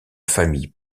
famille